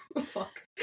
fuck